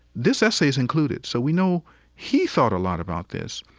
this essay is included. so we know he thought a lot about this.